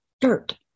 dirt